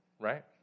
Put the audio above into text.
Right